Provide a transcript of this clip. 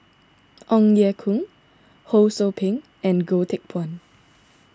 Ong Ye Kung Ho Sou Ping and Goh Teck Phuan